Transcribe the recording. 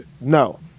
No